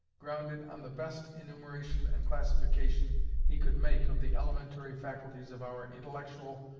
grounded on the best enumeration and classification he could make of the elementary faculties of our intellectual,